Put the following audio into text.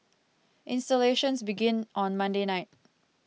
installations began on Monday night